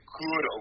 good